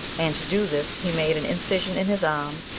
and to do this he made an incision in his arm,